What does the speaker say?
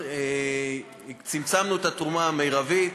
צמצמנו את התרומה המרבית.